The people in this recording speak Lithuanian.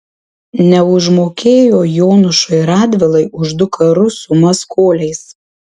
neužmokėjo jonušui radvilai už du karus su maskoliais